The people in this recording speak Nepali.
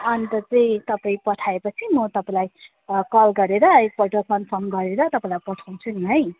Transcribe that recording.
अन्त चाहिँ तपाईँ पठाएपछि म तपाईँलाई अँ कल गरेर एकपल्ट कन्फर्म गरेर तपाईँलाई पठाउँछु नि है